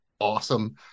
awesome